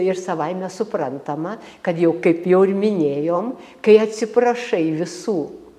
ir savaime suprantama kad jau kaip jau ir minėjom kai atsiprašai visų